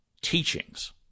teachings